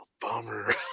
bummer